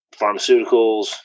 pharmaceuticals